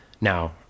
Now